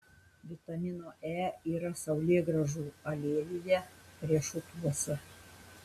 vitamino e yra saulėgrąžų aliejuje riešutuose